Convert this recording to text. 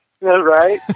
Right